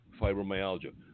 fibromyalgia